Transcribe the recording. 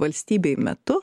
valstybei metu